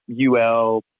UL